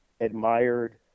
admired